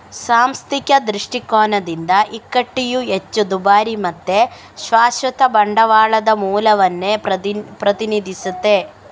ಸಾಂಸ್ಥಿಕ ದೃಷ್ಟಿಕೋನದಿಂದ ಇಕ್ವಿಟಿಯು ಹೆಚ್ಚು ದುಬಾರಿ ಮತ್ತೆ ಶಾಶ್ವತ ಬಂಡವಾಳದ ಮೂಲವನ್ನ ಪ್ರತಿನಿಧಿಸ್ತದೆ